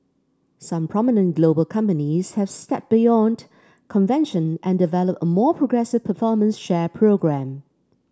some prominent global companies have stepped beyond convention and developed a more progressive performance share programme